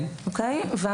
אנחנו